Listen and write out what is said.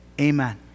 amen